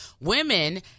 Women